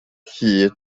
hud